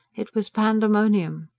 it was pandemonium.